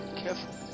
careful